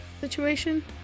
situation